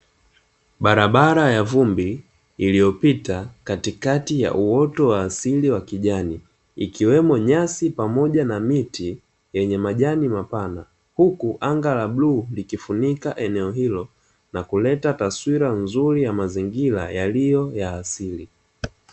Barabara ya vumbi iliyopita katikati ya uoto wa asili wa kijani ikiwemo nyasi pamoja na miti yenye majani mapana, huku anga la bluu likifunika eneo hilo na kuleta taswira nzuri ya mazingira yaliyo ya asili.